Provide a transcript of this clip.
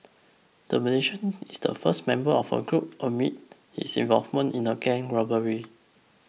the Malaysian is the first member of a group admit his involvement in a gang robbery